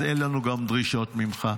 אז אין לנו גם דרישות ממך.